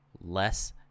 less